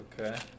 Okay